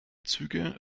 züge